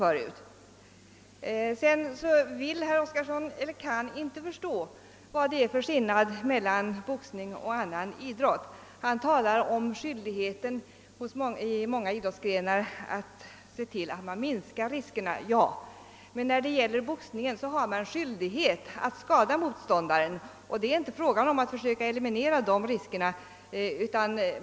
Herr Oskarson kan inte förstå vad det är för skillnad mellan boxning och annan idrott, och han talar om att det inom många idrottsgrenar finns bestämmelser som syftar till att minska riskerna. Men inom boxningen har man skyldighet att skada motståndaren, och det är inte tal om att försöka eliminera de riskerna.